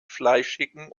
fleischigen